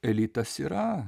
elitas yra